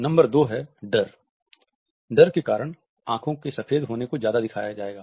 number 2 है डर डर के कारण आँखों के सफ़ेद होने को ज्यादा दिखाया जाएगा